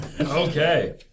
Okay